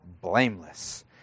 blameless